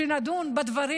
שנדון בדברים.